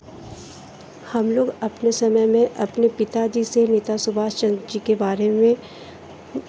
हम लोग अपने समय में अपने पिता जी से नेता शुभाष चन्द्र जी के बारे में